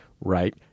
right